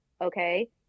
okay